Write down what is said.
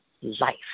life